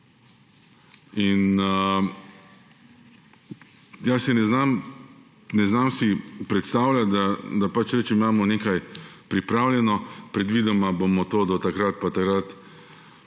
Jaz si ne znam predstavljati, da pač rečem, imamo nekaj pripravljeno, predvidoma bomo do takrat pa takrat